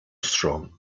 strong